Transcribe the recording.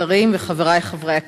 השרים וחברי חברי הכנסת,